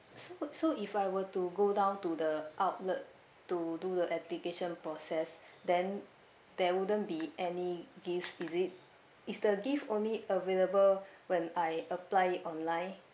so so if I were to go down to the outlet to do the application process then there wouldn't be any gifts is it is the gift only available when I apply it online